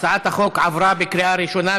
הצעת החוק עברה בקריאה ראשונה,